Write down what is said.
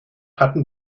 hatten